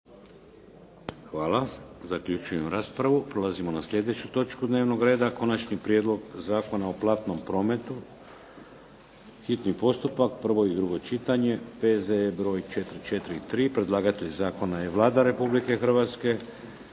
Vladimir (HDZ)** Prelazimo na sljedeću točku dnevnog reda. - Konači prijedlog Zakona o platnom prometu, hitni postupak, prvo i drugo čitanje, P.Z.E. broj 443 Predlagatelj zakona je Vlada Republike Hrvatske.